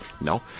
no